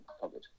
covered